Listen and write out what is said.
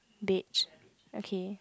beige okay